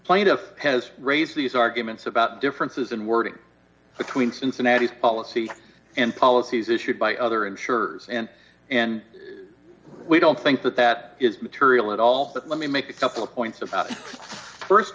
f has raised these arguments about differences in wording between cincinnatus policy and policies issued by other insurers and and we don't think that that is material at all but let me make a couple of points about